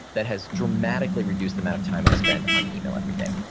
that has dramatically reduced the amount of time i spend on email every day.